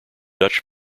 dutch